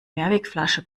mehrwegflasche